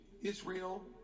Israel